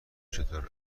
چطور